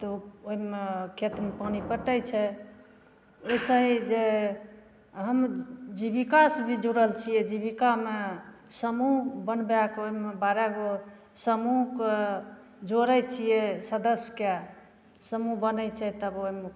तऽ ओ ओहिमे आ खेतमे पानि पटैत छै ओइसही जे हम जीबिका से भी जुड़ल छियै जीबिकामे समूह बनबै कऽओहिमे बारह गो समूहके जोड़ैत छियै सदस्यके समूह बनैत छै तब ओहिमे